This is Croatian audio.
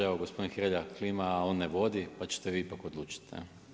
Evo gospodin Hrelja, a on ne vodi pa ćete vi ipak odlučiti.